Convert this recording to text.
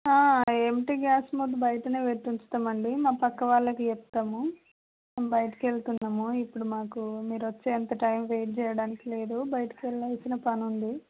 empty gas మొద్దు బయటనే పెట్టి ఉంచుతామండీ మా పక్క వాళ్ళకి చెప్తాము బయటికెళ్తున్నాము ఇప్పుడు మాకు మీరు వచ్చేంత టైమ్ వెయిట్ చేయడానికి లేదు బయటకి వెళ్ళాల్సిన పనుంది